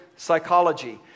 psychology